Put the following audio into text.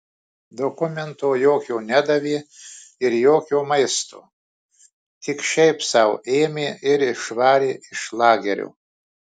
dokumento jokio nedavė ir jokio maisto tik šiaip sau ėmė ir išvarė iš lagerio